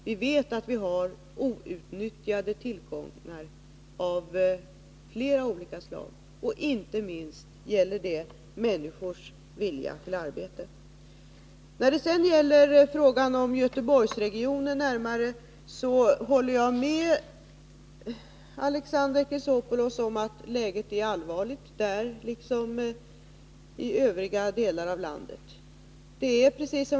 Vi vet att vi har outnyttjade tillgångar av flera olika slag, och inte minst gäller det människors vilja till arbete. Jag håller med Alexander Chrisopoulos om att läget är allvarligt i Göteborgsregionen, liksom i övriga delar av landet.